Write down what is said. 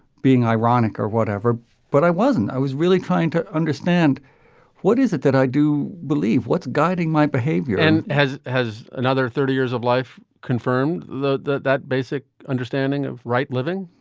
being ironic or whatever but i wasn't. i was really trying to understand what is it that i do believe. what's guiding my behavior and has has another thirty years of life confirmed that that basic understanding of right living